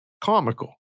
comical